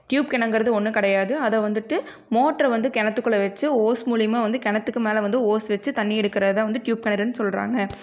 tube கிணருங்குறது ஒன்றும் கெடையாது அதை வந்துட்டு மோட்ரு வந்து கிணத்துக்குள்ள வச்சு ஓஸ் மூலிமா வந்து கிணத்துக்கு மேல் வந்து ஓஸ் வச்சு தண்ணி எடுக்கிறது தான் வந்து டியூப் கிணறுன்னு சொல்கிறாங்க